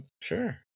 sure